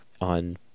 on